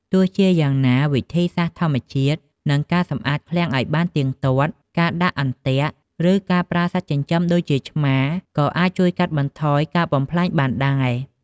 ទោះជាយ៉ាងណា វិធីសាស្ត្រធម្មជាតិ និងការសម្អាតឃ្លាំងឲ្យបានទៀងទាត់ ការដាក់អន្ទាក់ ឬការប្រើសត្វចិញ្ចឹមដូចជាឆ្មា ក៏អាចជួយកាត់បន្ថយការបំផ្លាញបានដែរ។